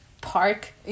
park